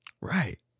Right